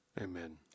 Amen